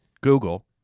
Google